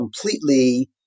completely